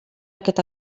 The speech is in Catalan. aquest